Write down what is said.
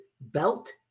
belt